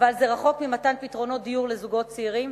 אבל זה רחוק ממתן פתרונות דיור לזוגות צעירים,